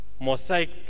Mosaic